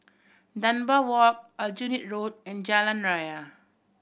Dunbar Walk Aljunied Road and Jalan Raya